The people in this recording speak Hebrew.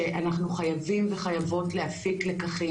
שאנחנו חייבים וחייבות להפיק לקחים,